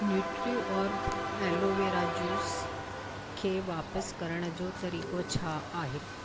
Nutriorg aloe vera juice खे वापिसि करण जो तरीक़ो छा आहे